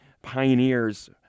pioneers